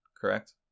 correct